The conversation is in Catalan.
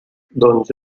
doncs